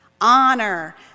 honor